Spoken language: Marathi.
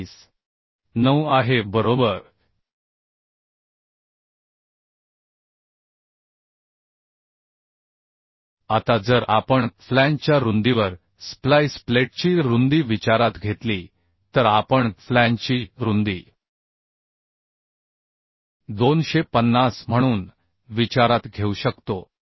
9 आहे बरोबर आता जर आपण फ्लॅंजच्या रुंदीवर स्प्लाइस प्लेटची रुंदी विचारात घेतली तर आपण फ्लॅंजची रुंदी 250 म्हणून विचारात घेऊ शकतो